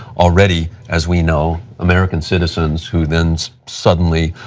already, as we know, american citizens, who then suddenly